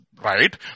right